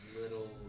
little